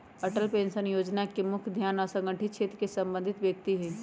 Atal pension जोजना के मुख्य ध्यान असंगठित क्षेत्र से संबंधित व्यक्ति हइ